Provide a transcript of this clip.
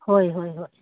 ꯍꯣꯏ ꯍꯣꯏ ꯍꯣꯏ